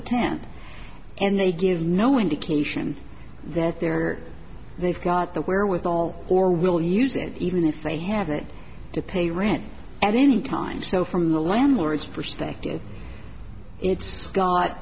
the tenth and they give no indication that they're they've got the wherewithal or will use it even if they have it to pay rent and any time so from the landlords perspective it's got